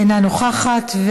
אינה נוכחת.